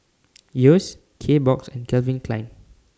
Yeo's Kbox and Calvin Klein